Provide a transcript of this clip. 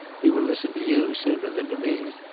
he will listen to you sooner than to me.